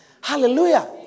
Hallelujah